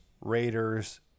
Raiders